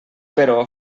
però